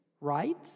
right